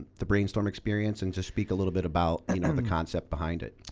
the brainstorm experience, and just speak a little bit about and um the concept behind it.